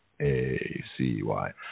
A-C-Y